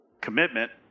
commitment